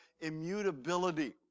immutability